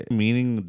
meaning